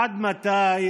עד מתי,